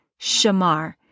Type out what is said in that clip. shamar